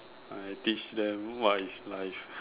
I teach them what is life